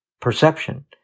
perception